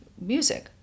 music